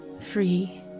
free